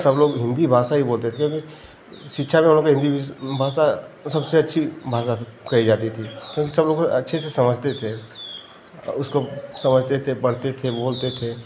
सब लोग हिन्दी भाषा ही बोलते थे क्योंकि शिक्षा में हम लोग के हिन्दी भाषा तो सबसे अच्छी भाषा कही जाती थी क्योंकि सब लोग अच्छे से समझते थे औ उसको समझते थे पढ़ते थे बोलते थे